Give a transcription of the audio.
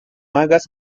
hagas